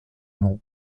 nom